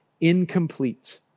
incomplete